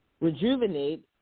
Rejuvenate